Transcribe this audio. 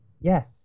Yes